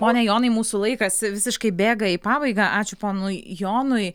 pone jonai mūsų laikas visiškai bėga į pabaigą ačiū ponui jonui